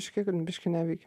sakykime biškį neveikia